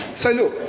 so, look.